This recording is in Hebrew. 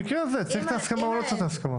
במקרה הזה צריך את ההסכמה או לא צריך את ההסכמה?